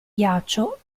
ghiaccio